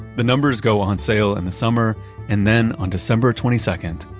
the numbers go on sale in the summer and then on december twenty second,